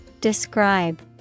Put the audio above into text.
Describe